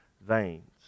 veins